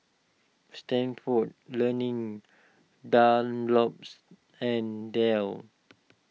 Stanford Learning Dunlops and Dell